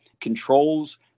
controls